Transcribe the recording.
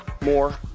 more